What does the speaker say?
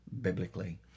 biblically